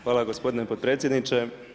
Hvala gospodine potpredsjedniče.